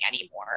anymore